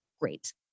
Great